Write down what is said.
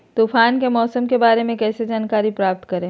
तूफान के मौसम के बारे में कैसे जानकारी प्राप्त करें?